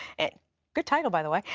and good title, by the way,